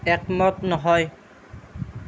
একমত নহয়